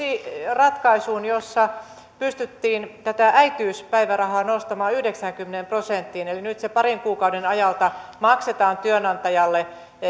ratkaisuun jossa pystyttiin äitiyspäivärahaa nostamaan yhdeksäänkymmeneen prosenttiin eli nyt se parin kuukauden ajalta maksetaan työnantajalle